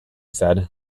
said